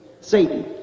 Satan